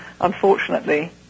unfortunately